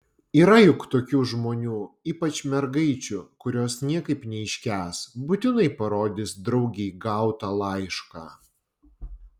yra juk tokių žmonių ypač mergaičių kurios niekaip neiškęs būtinai parodys draugei gautą laišką